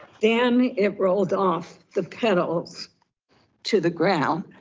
then, it rolled off the petals to the ground.